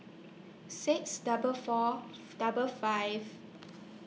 six double Fourth double five